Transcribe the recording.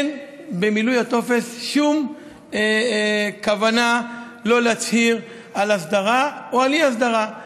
אין במילוי הטופס שום כוונה להצהיר על הסדרה או על אי-הסדרה.